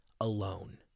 alone